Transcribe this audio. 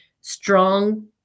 strong